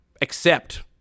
accept